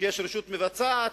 שיש רשות מבצעת,